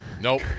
Nope